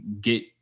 get